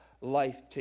life